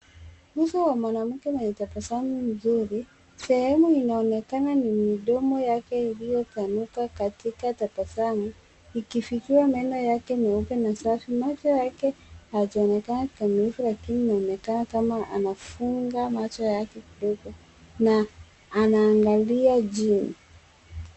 Uso wa mwanamke mwenye tabasamu nzuri. Sehemu inaonekana ni midomo yake iliyotanuka katika tabasamu ikifikia meno yake meupe na safi. Macho yake hajaonekana kikamilifu lakini yanaonekana kama anafunga macho yake na anaangalia chini.